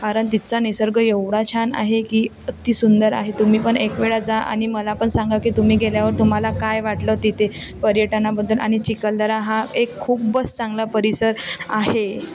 कारण तिथचा निसर्ग एवढा छान आहे की अती सुंदर आहे तुम्ही पण एक वेळा जा आणि मला पण सांगा की तुम्ही गेल्यावर तुम्हाला काय वाटलं तिथे पर्यटनाबद्दल आणि चिखलदरा हा एक खूपच चांगला परिसर आहे